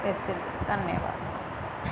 ਇਸੇ ਲਈ ਧੰਨਵਾਦ